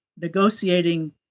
negotiating